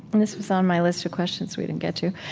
and this was on my list of questions we didn't get to.